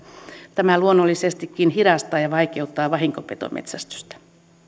tämä luonnollisestikin hidastaa ja vaikeuttaa vahinkopetometsästystä